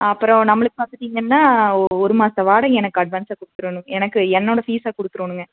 அப்புறம் நம்மளுக்கு பார்த்துட்டிங்கன்னா ஒரு ஒரு மாத வாடகை எனக்கு அட்வான்ஸாக கொடுத்துர்ணும் எனக்கு என்னோட ஃபீஸை கொடுத்துறோணுங்க